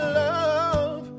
love